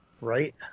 Right